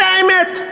זו האמת.